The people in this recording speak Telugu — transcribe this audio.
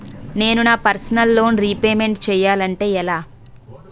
నేను నా పర్సనల్ లోన్ రీపేమెంట్ చేయాలంటే ఎలా?